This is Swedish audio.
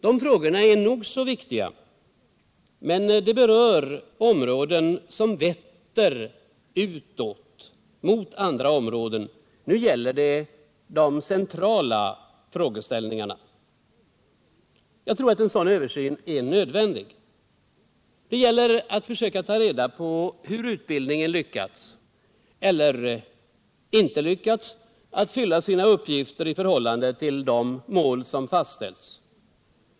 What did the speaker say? De frågorna är nog så viktiga, men de vetter utåt, mot andra områden. Nu är det de centrala frågeställningarna som är aktuella. Jag tror att en sådan översyn är nödvändig. Det gäller att försöka ta reda på hur utbildningen lyckats -— eller inte lyckats — fylla sina uppgifter i förhållande till de mål som fastställts.